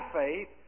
faith